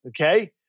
Okay